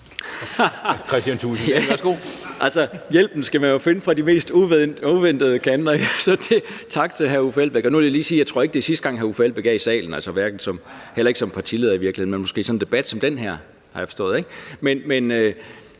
Hjælpen skal man jo finde fra de mest uventede kanter, så tak til hr. Uffe Elbæk. Nu vil jeg lige sige, at jeg ikke tror, det er sidste gang, hr. Uffe Elbæk er i salen, heller ikke som partileder, men måske i en debat som den her,